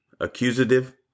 Accusative